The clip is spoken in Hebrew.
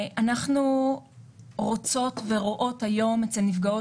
אנחנו רוצות ורואות היום אצל נפגעות